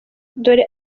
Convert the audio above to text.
dore